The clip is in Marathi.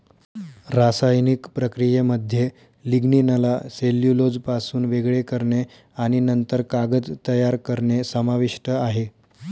रासायनिक प्रक्रियेमध्ये लिग्निनला सेल्युलोजपासून वेगळे करणे आणि नंतर कागद तयार करणे समाविष्ट आहे